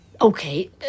Okay